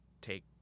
take